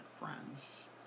friends